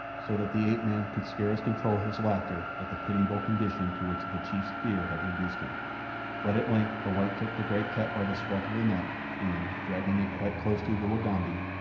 so that the ape-man could scarce control his laughter at the pitiable condition to which the chief's fear had reduced him but at length the white took the great cat by the scruff of the neck and, dragging it quite close to the wagambi,